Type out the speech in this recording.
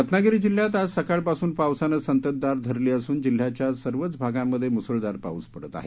रत्नागिरी जिल्ह्यात आज सकाळपासून पावसानं संततधार धरली असून जिल्ह्याच्या सर्वाच भागांमध्ये मुसळधार पाऊस पडत आहे